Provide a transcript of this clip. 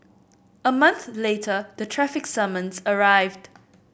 a month later the traffic summons arrived